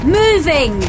moving